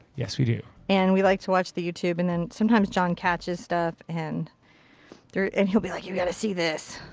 yes we do. and we like to watch the youtube and and sometimes john catches stuff and and he'll be like you gotta see this.